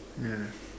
yeah